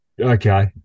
Okay